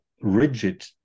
rigid